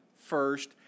first